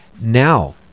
Now